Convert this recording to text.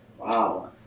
Wow